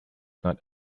not